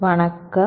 வணக்கம்